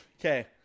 Okay